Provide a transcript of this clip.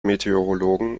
meteorologen